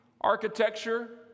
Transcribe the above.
architecture